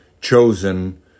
chosen